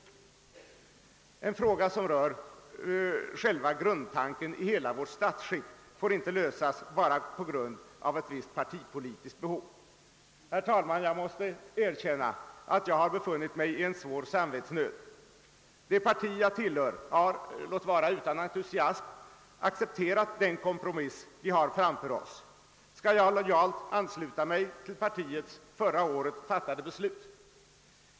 En fråga som rör själva grundtanken i hela vårt statsskick får inte lösas bara med hänsyn till ett visst partipolitiskt behov. Herr talman! Jag måste erkänna att jag har befunnit mig i svår samvetsnöd. Det parti jag tillhör har — låt vara utan entusiasm — accepterat föreliggande kompromiss. Skall jag lojalt ansluta mig till partiets förra året fattade beslut?